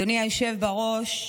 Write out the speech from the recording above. אדוני היושב-בראש,